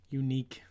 unique